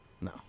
No